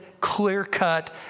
clear-cut